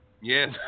Yes